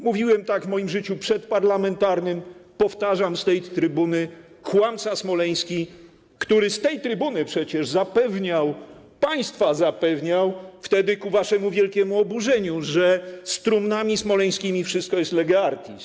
Mówiłem tak w moim życiu przedparlamentarnym, powtarzam z tej trybuny: kłamca smoleński, który z tej trybuny przecież państwa zapewniał, wtedy ku waszemu wielkiemu oburzeniu, że z trumnami smoleńskimi wszystko jest lege artis.